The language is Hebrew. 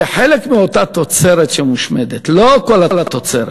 שחלק מאותה תוצרת שמושמדת, לא כל התוצרת,